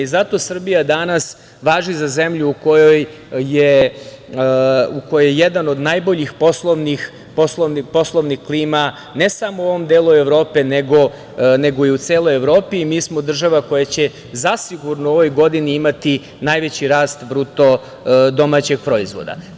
Zato Srbija danas važi za zemlju u kojoj je jedna od najboljih poslovnih klima ne samo u ovom delu Evrope, nego i u celoj Evropi i mi smo država koja će zasigurno u ovoj godini imati najveći rast BDP-a.